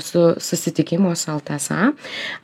su susitikimo su ltsa